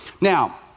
Now